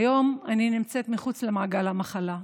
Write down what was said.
היום אני נמצאת מחוץ למעגל המחלה.